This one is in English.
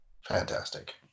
Fantastic